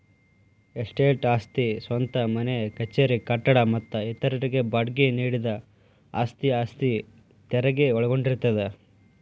estate ಆಸ್ತಿ ಸ್ವಂತ ಮನೆ ಕಚೇರಿ ಕಟ್ಟಡ ಮತ್ತ ಇತರರಿಗೆ ಬಾಡ್ಗಿ ನೇಡಿದ ಆಸ್ತಿ ಆಸ್ತಿ ತೆರಗಿ ಒಳಗೊಂಡಿರ್ತದ